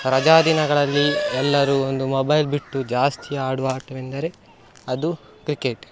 ರಜಾ ದಿನಗಳಲ್ಲಿ ಎಲ್ಲರೂ ಒಂದು ಮೊಬೈಲ್ ಬಿಟ್ಟು ಜಾಸ್ತಿ ಆಡುವ ಆಟವೆಂದರೆ ಅದು ಕ್ರಿಕೆಟ್